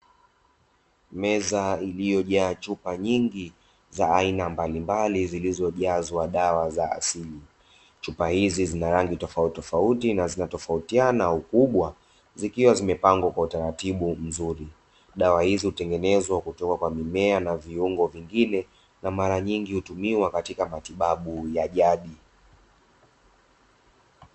Meza iliyojaa chupa nyingi zilizojaa dawa mbalimbali